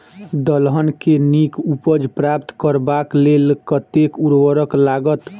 दलहन केँ नीक उपज प्राप्त करबाक लेल कतेक उर्वरक लागत?